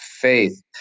faith